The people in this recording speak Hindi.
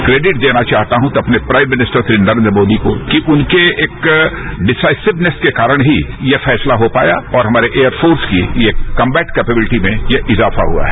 क्रेडिट देना चाहता हूं अपने प्राइम मिनिस्टर नरेन्द्र मोदी को कि उनके एक डिसाइसिवनेस के कारण ही यह फैसला हो पाया और हमारे एयरफोर्स की यह कम्बेट केपेबिलिटी में यह इजाफा हुआ है